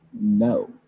No